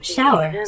Shower